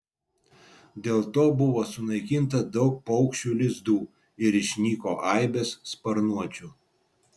dėl to buvo sunaikinta daug paukščių lizdų ir išnyko aibės sparnuočių